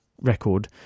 record